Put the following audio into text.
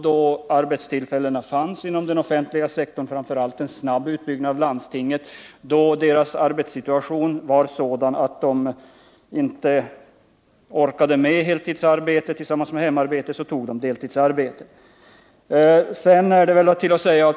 Då arbetstillfällena fanns inom den allmänna sektorn — framför allt genom en snabb utbyggnad av landstinget — och eftersom kvinnornas arbetssituation var sådan att de inte orkade med heltidsarbete vid sidan av hemarbete, tog de deltidsarbete.